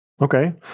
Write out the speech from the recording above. Okay